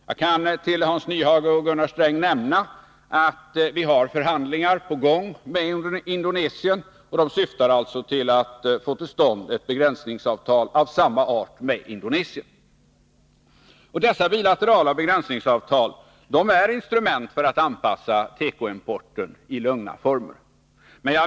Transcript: Jag kan för Hans Nyhage och Gunnar Sträng nämna, att vi har förhandlingar på gång med Indonesien, och de syftar till att få till stånd ett begränsningsavtal av samma art med Indonesien. Och dessa bilaterala begränsningsavtal är instrument för att anpassa tekoimporten i lugna former.